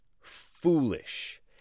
foolish